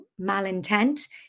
malintent